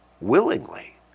willingly